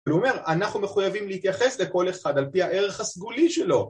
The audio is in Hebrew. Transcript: אבל הוא אומר, אנחנו מחויבים להתייחס לכל אחד על פי הערך הסגולי שלו